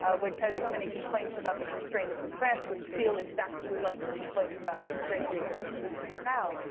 ah which has so many complaints about the constraint of the press, which feel exactly like the complaints about constraints on the press that people make now,